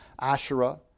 Asherah